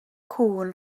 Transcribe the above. cŵn